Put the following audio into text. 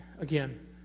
again